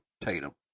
Tatum